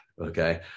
Okay